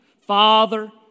Father